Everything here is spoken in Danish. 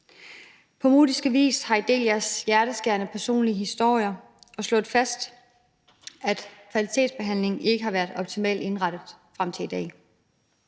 På modigste vis har I delt jeres hjerteskærende personlige historier og slået fast, at fertilitetsbehandlingen ikke har været optimalt indrettet frem til i dag.